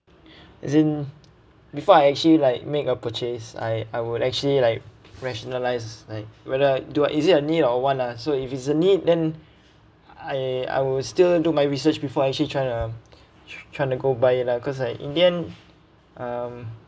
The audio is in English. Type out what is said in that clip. as in before I actually like make a purchase I I would actually like rationalise like whether do is that a need or what ah so if it's a need then I I will still do my research before actually trying to trying to go buy it lah cause like in the end um